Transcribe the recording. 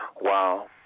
Wow